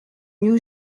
new